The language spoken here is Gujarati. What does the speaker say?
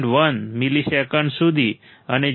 1 મિલિસેકન્ડ્સ સુધી અને 0